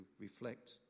reflect